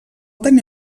tenir